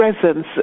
presence